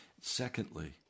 Secondly